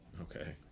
Okay